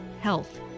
health